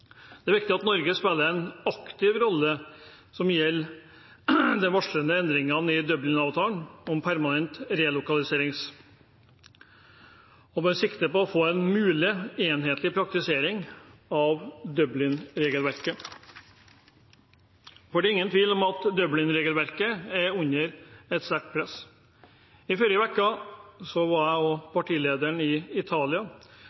Det er viktig at Norge spiller en aktiv rolle når det gjelder de varslede endringene i Dublin-avtalen om en permanent relokaliseringsmekanisme, med sikte på å få en mest mulig enhetlig praktisering av Dublin-regelverket. Det er ingen tvil om at Dublin-regelverket er under sterkt press. I forrige uke var jeg og partilederen i Italia.